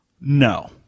No